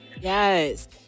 Yes